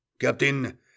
Captain